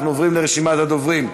אנחנו עוברים לרשימת הדוברים.